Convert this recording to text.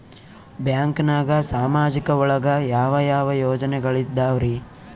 ಬ್ಯಾಂಕ್ನಾಗ ಸಾಮಾಜಿಕ ಒಳಗ ಯಾವ ಯಾವ ಯೋಜನೆಗಳಿದ್ದಾವ್ರಿ?